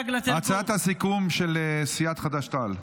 הצעת הסיכום של סיעת חד"ש-תע"ל.